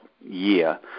year